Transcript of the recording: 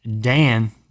Dan